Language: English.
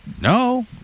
No